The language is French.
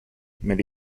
mais